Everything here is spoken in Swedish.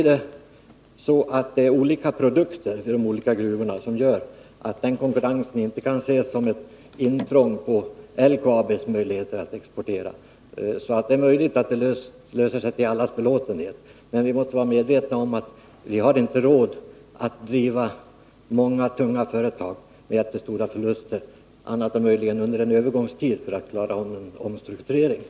De olika produkterna vid dessa gruvor gör att de inte kan ses som ett intrång på LKAB:s möjligheter att exportera. Det är alltså möjligt att det löser sig till allas belåtenhet. Men vi måste vara medvetna om att vi inte har råd att driva många tunga företag med jättestora förluster annat än möjligen under en övergångstid för att klara omstruktureringen.